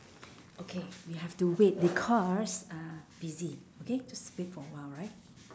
okay we have to wait because uh busy okay just wait for a while alright